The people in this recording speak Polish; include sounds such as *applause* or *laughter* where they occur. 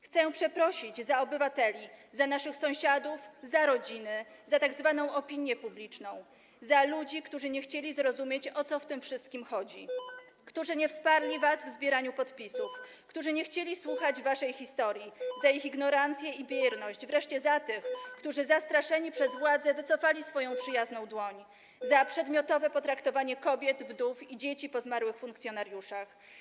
Chcę przeprosić za obywateli, za naszych sąsiadów, za rodziny, za tzw. opinię publiczną, za ludzi, którzy nie chcieli zrozumieć, o co w tym wszystkim chodzi, *noise* którzy nie wsparli was w zbieraniu podpisów, którzy nie chcieli słuchać waszej historii, za ich ignorancję i bierność, wreszcie za tych, którzy zastraszeni przez władze wycofali swoją przyjazną dłoń, za przedmiotowe potraktowanie kobiet, wdów i dzieci po zmarłych funkcjonariuszach.